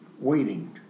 waiting